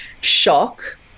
shock